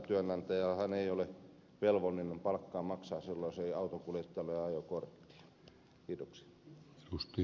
työnantajahan ei ole velvollinen palkkaa maksamaan silloin jos ei autonkuljettajalla ole ajokorttia